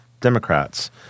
Democrats